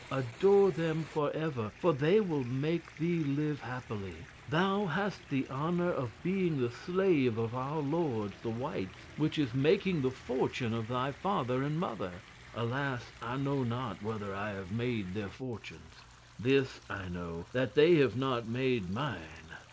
adore them for ever they will make thee live happily thou hast the honour of being the slave of our lords, the whites, which is making the fortune of thy father and mother alas! i know not whether i have made their fortunes this i know, that they have not made mine.